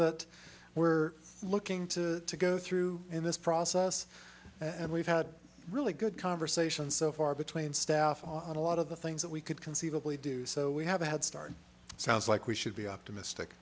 that we're looking to to go through in this process and we've had really good conversations so far between staff on a lot of the things that we could conceivably do so we have a head start sounds like we should be optimistic